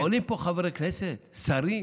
עולים לפה חברי כנסת, שרים,